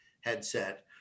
headset